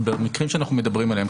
במקרים שאנחנו מדברים עליהם,